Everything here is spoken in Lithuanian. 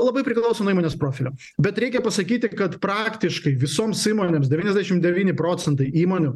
labai priklauso nuo įmonės profilio bet reikia pasakyti kad praktiškai visoms įmonėms devyniasdešim devyni procentai įmonių